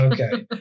okay